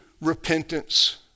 repentance